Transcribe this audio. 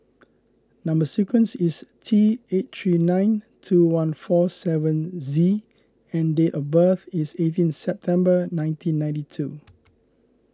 Number Sequence is T eight three nine two one four seven Z and date of birth is eighteen September nineteen ninety two